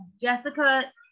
Jessica